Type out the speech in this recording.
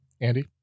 Andy